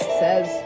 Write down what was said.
says